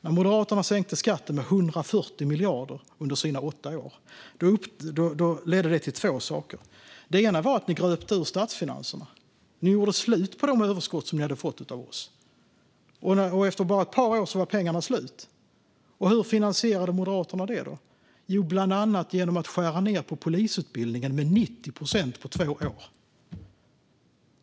När Moderaterna sänkte skatten med 140 miljarder under sina åtta år ledde det till två saker. Den ena var att ni gröpte ur statsfinanserna. Ni gjorde slut på de överskott som ni hade fått av oss. Efter bara ett par år var pengarna slut, och hur fick Moderaterna finansiering då? Jo, bland annat genom att skära ned polisutbildningen med 90 procent på två år.